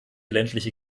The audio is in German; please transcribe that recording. ländliche